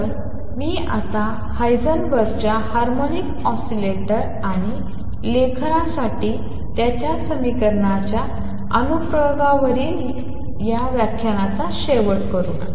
तर मी आता हाइसेनबर्गच्या हार्मोनिक ऑसिलेटर आणि लेखनासाठी त्याच्या समीकरणाच्या अनुप्रयोगावरील या व्याख्यानाचा शेवट करू